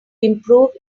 improve